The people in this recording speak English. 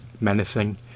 menacing